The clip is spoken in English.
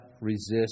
resist